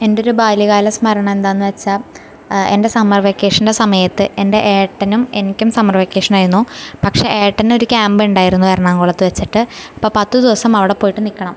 എൻറ്റൊരു ബാല്യകാല സ്മരണ എന്താന്ന് വച്ചാൽ എൻ്റെ സമ്മർ വെക്കേഷൻ്റെ സമയത്ത് എൻ്റെ ഏട്ടനും എനിക്കും സമ്മർ വെക്കേഷനായിരുന്നു പക്ഷേ ഏട്ടനൊരു ക്യാമ്പ്ണ്ടായിരുന്നു എറണാകുളത്ത് വച്ചിട്ട് അപ്പം പത്ത് ദിവസം അവിടെ പോയിട്ട് നിക്കണം